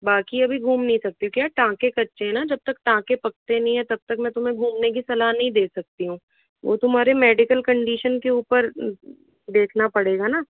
बाकी अभी घूम नहीं सकती क्या टाँके कच्चे है न जब तक टाँके पकते नहीं है तब तक मैं तुम्हें घूमने की सलाह नहीं दे सकती हूँ वो तुम्हारे मेडिकल कन्डिशन के ऊपर देखना पड़ेगा न